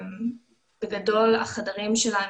בגדול החדרים שלנו,